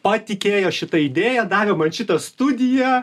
patikėjo šita idėja davė man šitą studiją